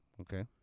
Okay